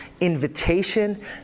invitation